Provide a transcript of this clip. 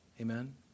Amen